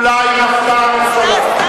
אולי נפלה הממשלה.